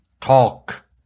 talk